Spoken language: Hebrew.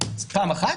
זה פעם אחת.